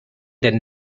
denn